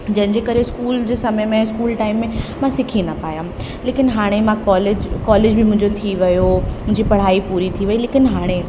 जंहिंजे करे स्कूल जो समय में स्कूल टाइम में मां सिखी न पायमि लेकिनि हाणे मां कॉलेज कॉलेज बि मुंहिंजो थी वियो मुंहिंजी पढ़ाई पूरी थी वेई लेकिनि हाणे